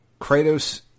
Kratos